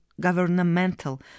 governmental